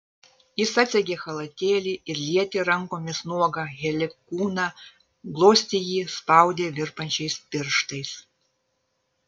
jis atsegė chalatėlį ir lietė rankomis nuogą heli kūną glostė jį spaudė virpančiais pirštais